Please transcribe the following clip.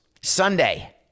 Sunday